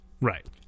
Right